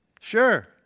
Sure